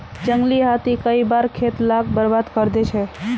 जंगली हाथी कई बार खेत लाक बर्बाद करे दे छे